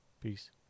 Peace